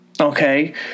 okay